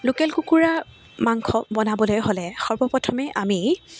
local কুকুৰা মাংস বনাবলৈ হ'লে সৰ্বপ্ৰথমে আমি